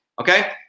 okay